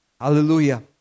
Hallelujah